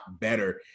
better